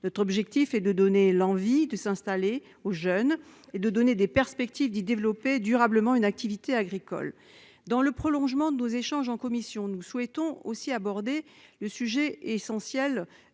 Notre objectif est de donner aux jeunes l'envie de s'installer et des perspectives de développer durablement une activité agricole. Dans le prolongement de nos échanges en commission, nous souhaitons aussi aborder ce sujet essentiel